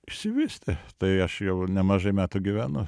išsivystė tai aš jau nemažai metų gyvenu